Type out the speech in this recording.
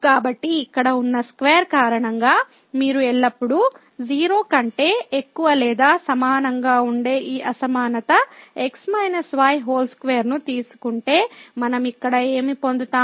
కాబట్టి ఇక్కడ ఉన్న స్క్వేర్ కారణంగా మీరు ఎల్లప్పుడూ 0 కంటే ఎక్కువ లేదా సమానంగా ఉండే ఈ అసమానత 2 ను తీసుకుంటే మనం ఇక్కడ ఏమి పొందుతాము